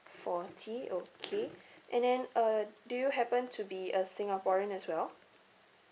forty okay and then uh do you happen to be a singaporean as well